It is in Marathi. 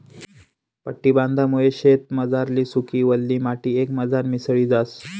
पट्टी बांधामुये शेतमझारली सुकी, वल्ली माटी एकमझार मिसळी जास